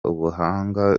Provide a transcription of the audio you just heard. ubuhanga